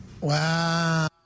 Wow